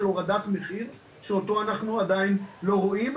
הורדת מחיר שאותו אנחנו עדיין לא רואים.